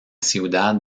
ciudad